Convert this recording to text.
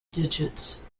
digits